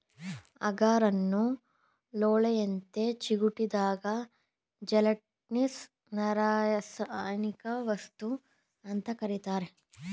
ಅಗಾರನ್ನು ಲೋಳೆಯಂತೆ ಜಿಗುಟಾದ ಜೆಲಟಿನ್ನಿನರಾಸಾಯನಿಕವಸ್ತು ಅಂತ ಕರೀತಾರೆ